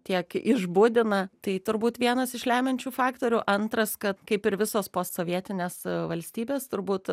tiek išbudina tai turbūt vienas iš lemiančių faktorių antras kad kaip ir visos posovietinės valstybės turbūt